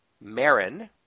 Marin